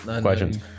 questions